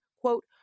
quote